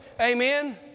Amen